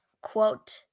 quote